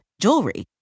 jewelry